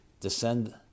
descend